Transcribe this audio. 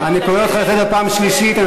אני קורא אותך לסדר פעם שלישית.